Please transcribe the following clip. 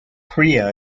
priya